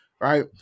Right